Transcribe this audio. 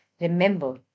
remember